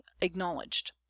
acknowledged